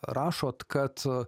rašot kad a